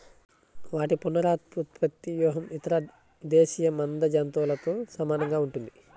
వాటి పునరుత్పత్తి వ్యూహం ఇతర దేశీయ మంద జంతువులతో సమానంగా ఉంటుంది